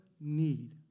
need